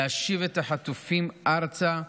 להשיב את החטופים ארצה,